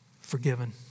forgiven